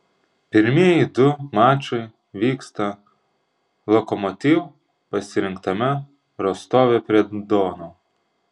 pirmieji du mačai vyksta lokomotiv pasirinktame rostove prie dono